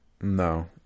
No